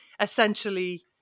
essentially